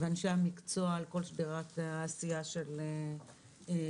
ואנשי המקצוע על כל שדרת העשייה של המשרד.